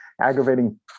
aggravating